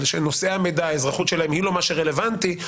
שנוסע המידע האזרחות שלהם היא לא מה שרלוונטי,